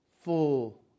Full